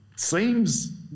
seems